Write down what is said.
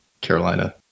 Carolina